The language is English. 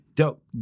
Dope